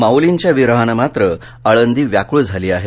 माऊलींच्या विरहानं मात्र आळंदी व्याक्ळ झाली आहे